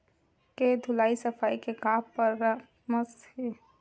के धुलाई सफाई के का परामर्श हे?